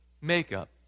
makeup